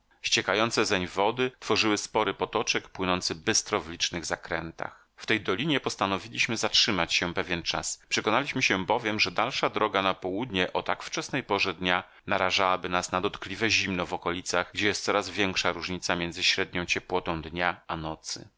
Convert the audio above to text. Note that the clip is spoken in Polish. słońca ściekające zeń wody tworzyły spory potoczek płynący bystro w licznych zakrętach w tej dolinie postanowiliśmy zatrzymać się pewien czas przekonaliśmy się bowiem że dalsza droga na południe o tak wczesnej porze dnia narażałaby nas na dotkliwe zimno w okolicach gdzie jest coraz większa różnica między średnią ciepłotą dnia a nocy